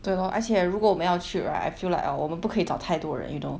对 lor 而且如果我们要去 right I feel like 我们不可以找太多人 you know